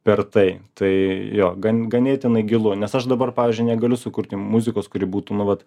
per tai tai jo gan ganėtinai gilų nes aš dabar pavyzdžiui negaliu sukurti muzikos kuri būtų nu vat